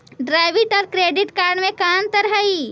Debit और credit card में का अंतर हइ?